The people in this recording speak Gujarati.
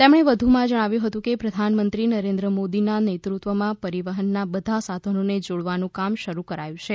તેમણે વધુમાં જણાવ્યું કે પ્રધાનમંત્રી નરેન્દ્ર મોદીના નેતૃત્વમાં પરિવહનના બધા સાધનોને જોડવાનું કામ શરૂ કરાયું છે